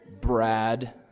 Brad